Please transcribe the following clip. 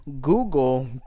Google